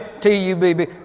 T-U-B-B